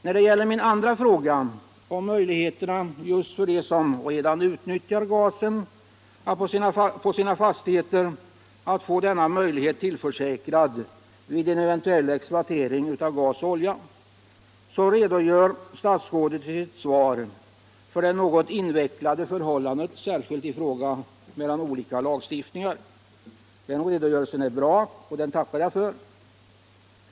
När det gäller min andra fråga, huruvida de som redan utnyttjar gasen på sina fastigheter vid en eventuell exploatering av gas och olja kan tillförsäkras nyttjanderätt, redogör statsrådet i sitt svar för det något invecklade förhållandet, särskilt mellan olika lagstiftningar. Den redogörelsen är bra och den tackar jag för.